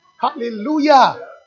Hallelujah